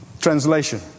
Translation